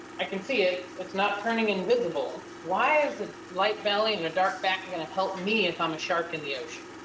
i can see it, it's not turning invisible. why is the light belly and a dark back going to helped me if i'm a shark in the ocean?